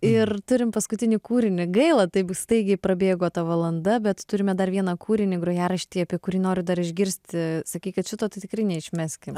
ir turim paskutinį kūrinį gaila taip staigiai prabėgo ta valanda bet turime dar vieną kūrinį grojaraštyj apie kurį noriu dar išgirsti sakei kad šito tai tikrai neišmeskim